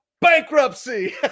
bankruptcy